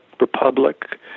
Republic